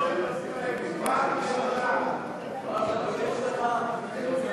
ההצעה להעביר את הצעת חוק הכשרות המשפטית והאפוטרופסות (תיקון,